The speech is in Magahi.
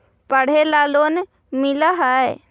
पढ़े ला लोन मिल है?